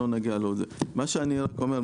מה שאני אומר,